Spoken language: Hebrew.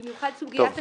במיוחד סוגיית השיקום,